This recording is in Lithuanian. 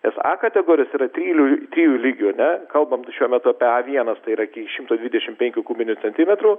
nes a kategorijos yra trilių trijų lygių a ne kalbant šiuo metu apie a vienas tai yra šimto dvidešimt penkių kubinių centimetrų